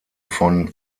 von